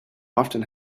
often